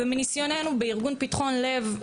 מניסיוננו בארגון פתחון לב,